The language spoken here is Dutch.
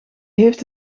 heeft